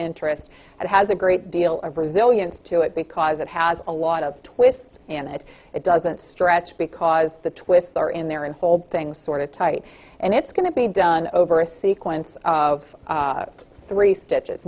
interest and has a great deal of resilience to it because it has a lot of twists in it it doesn't stretch because the twists are in there and fold things sort of tight and it's going to be done over a sequence of three stitches